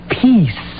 peace